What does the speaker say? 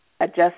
Adjust